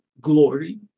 glory